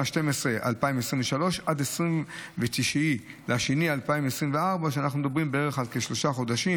2023 עד 29 בפברואר 2024. אנחנו מדברים על כשלושה חודשים.